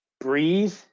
breathe